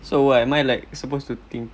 so what am I like supposed to think